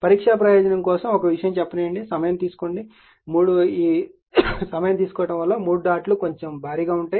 పరీక్షా ప్రయోజనం కోసం ఒక విషయం చెప్పనివ్వండి సమయం తీసుకోవడం వల్ల 3 డాట్ లు కొంచెం భారీగా ఉంటాయి